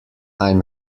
i’m